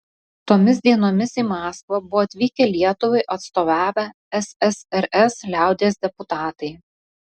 tomis dienomis į maskvą buvo atvykę lietuvai atstovavę ssrs liaudies deputatai